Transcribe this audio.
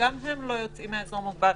וגם הם לא יוצאים מהאזור המוגבל.